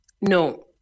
no